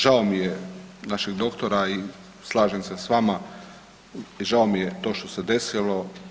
Žao mi je našeg doktora i slažem se sa vama i žao mi je to što se desilo.